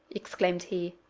exclaimed he,